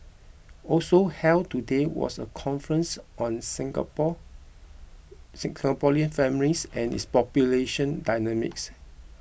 also held today was a conference on Singapor Singaporean families and its population dynamics